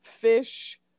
fish